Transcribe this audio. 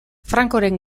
francoren